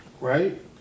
Right